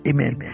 Amen